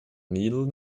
needle